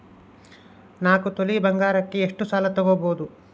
ನಾಲ್ಕು ತೊಲಿ ಬಂಗಾರಕ್ಕೆ ಎಷ್ಟು ಸಾಲ ತಗಬೋದು?